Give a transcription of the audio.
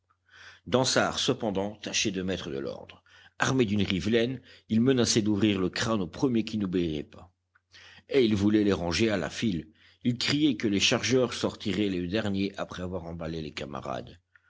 dansaert cependant tâchait de mettre de l'ordre armé d'une rivelaine il menaçait d'ouvrir le crâne au premier qui n'obéirait pas et il voulait les ranger à la file il criait que les chargeurs sortiraient les derniers après avoir emballé les camarades